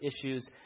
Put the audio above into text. issues